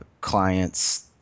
clients